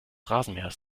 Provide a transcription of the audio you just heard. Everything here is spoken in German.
rasenmähers